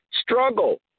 struggle